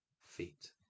feet